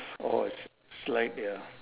oh a s~ slide ya